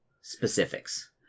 specifics